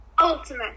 Ultimate